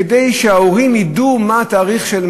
כדי שההורים ידעו מה התאריך,